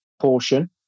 portion